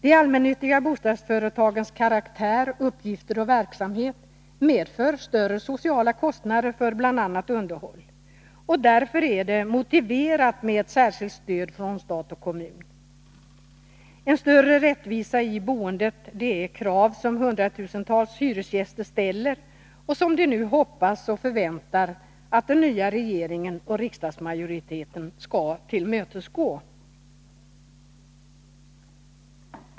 De allmännyttiga bostadsföretagens karaktär, uppgifter och verksamhet medför större sociala kostnader för bl.a. underhåll. Därför är det motiverat med ett särskilt stöd från stat och kommun. Större rättvisa i boendet är ett krav som hundratusentals hyresgäster ställer och som de nu hoppas, ja, förväntar sig att den nya regeringen och riksdagsmajoriteten skall tillmötesgå.